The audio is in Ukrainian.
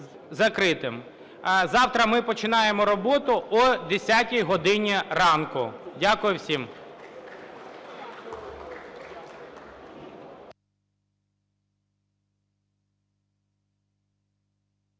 Завтра ми починаємо роботу о 10 годині ранку. Дякую всім.